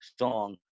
song